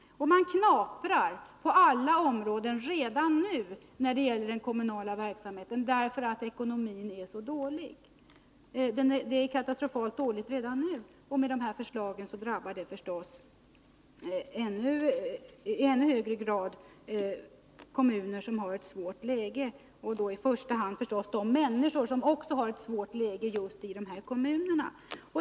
Redan nu knaprar man på alla områden när det gäller den kommunala verksamheten, därför att ekonomin är så dålig. Den är katastrofalt dåligt redan nu, och dessa förslag drabbar i ännu högre grad kommuner som har ett svårt läge, och naturligtvis i första hand de människor som också har ett svårt läge i dessa kommuner.